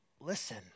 listen